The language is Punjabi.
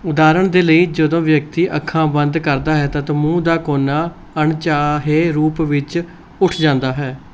ਉਦਾਹਰਣ ਦੇ ਲਈ ਜਦੋਂ ਵਿਅਕਤੀ ਅੱਖਾਂ ਬੰਦ ਕਰਦਾ ਹੈ ਤਾਂ ਮੂੰਹ ਦਾ ਕੋਨਾ ਅਣਚਾਹੇ ਰੂਪ ਵਿੱਚ ਉੱਠ ਜਾਂਦਾ ਹੈ